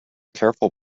careful